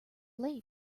late